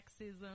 sexism